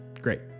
Great